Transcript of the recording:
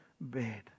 bed